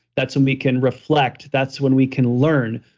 that's when we can reflect, that's when we can learn.